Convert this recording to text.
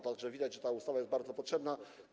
Tak że widać, że ta ustawa jest bardzo potrzebna.